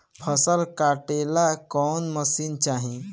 फसल काटेला कौन मशीन चाही?